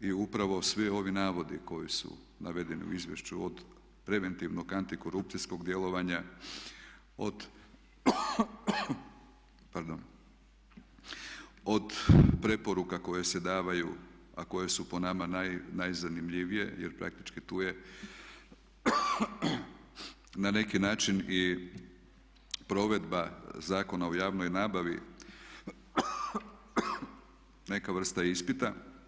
i upravo svi ovi navodi koji su navedeni u izvješću od preventivnog antikorupcijskog djelovanja, od preporuka koje se daju a koje su po nama najzanimljivije jer praktički tu je na neki i provedba Zakona o javnoj nabavi neka vrsta ispita.